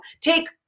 take